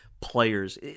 players